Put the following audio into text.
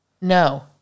No